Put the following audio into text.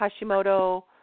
Hashimoto